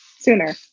sooner